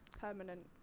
permanent